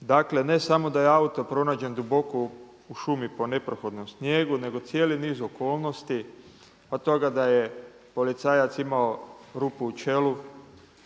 dakle ne samo da je auto pronađen duboko u šumi po neprohodnom snijegu, nego cijeli niz okolnosti od toga da je policajac imao rupu u čelu